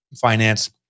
finance